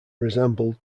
resemble